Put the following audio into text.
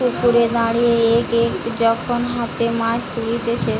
পুকুরে দাঁড়িয়ে এক এক যখন হাতে মাছ তুলতিছে